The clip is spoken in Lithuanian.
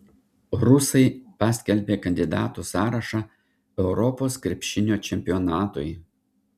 rusai paskelbė kandidatų sąrašą europos krepšinio čempionatui